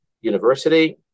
University